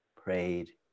prayed